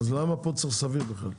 למה פה צריך סביר בכלל?